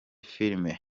filime